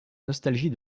nostalgie